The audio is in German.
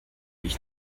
ich